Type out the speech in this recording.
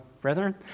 brethren